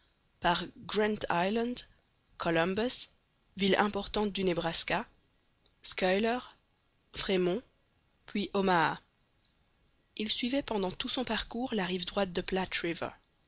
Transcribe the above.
par grand island columbus ville importante du nebraska schuyler fremont puis omaha il suivait pendant tout son parcours la rive droite de